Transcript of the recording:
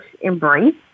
embrace